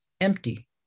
empty